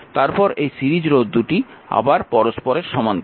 তারপর এই সিরিজ রোধদুটি আবার পরস্পরের সমান্তরাল